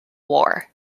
war